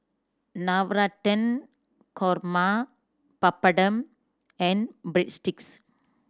Navratan Korma Papadum and Breadsticks